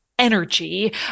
Energy